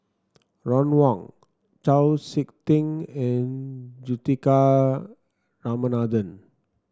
Ron Wong Chau SiK Ting and Juthika Ramanathan